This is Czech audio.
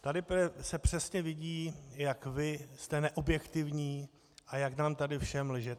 Tady se přesně vidí, jak vy jste neobjektivní a jak nám tady všem lžete.